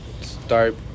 start